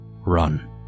Run